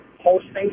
hosting